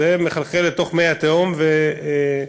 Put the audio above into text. זה מחלחל לתוך מי התהום ופוגע.